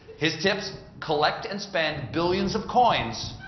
his tips collect and spend billions of coins,